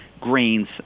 grains